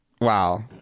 Wow